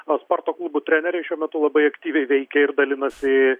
na sporto klubų treneriai šiuo metu labai aktyviai veikia ir dalinasi